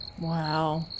Wow